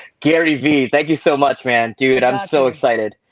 gary v. thank you so much, man. dude, i'm so excited.